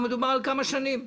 מדובר על כמה שנים.